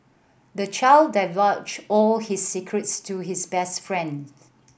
the child divulged all his secrets to his best friend